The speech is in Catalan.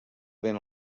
vent